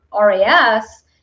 RAS